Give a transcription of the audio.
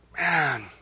Man